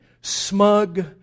Smug